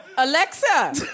Alexa